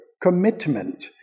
commitment